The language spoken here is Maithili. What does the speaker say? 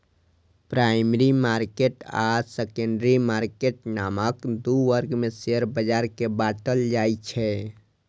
प्राइमरी मार्केट आ सेकेंडरी मार्केट नामक दू वर्ग मे शेयर बाजार कें बांटल जाइ छै